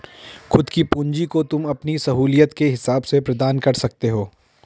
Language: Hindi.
खुद की पूंजी को तुम अपनी सहूलियत के हिसाब से प्रदान कर सकते हो